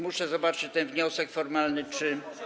Muszę zobaczyć ten wniosek formalny, czy.